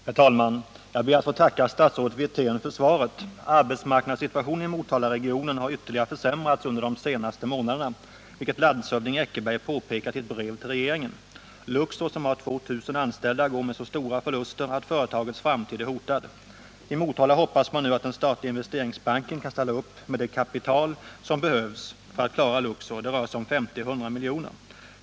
Herr talman! Jag ber att få tacka statsrådet Wirtén för svaret. Arbetsmarknadssituationen i Motalaregionen har ytterligare försämrats under de senaste månaderna, vilket landshövding Eckerberg påpekat i ett brev till regeringen. Luxor Industri AB, som har 2 000 anställda, går med så stora förluster att företagets framtid är hotad. I Motala hoppas man nu att den statliga Investeringsbanken kan ställa upp med det kapital som behövs för att klara Luxor. Det rör sig om 50-100 miljoner.